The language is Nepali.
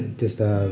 त्यस्ता